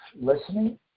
listening